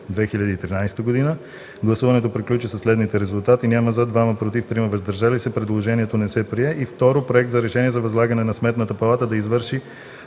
2013 г. Гласуването приключи със следните резултати: без – „за”, 2 –„против” и 3 – „въздържали се”. Предложението не се прие. 2. Проект за решение за възлагане на Сметната палата да извърши